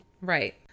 Right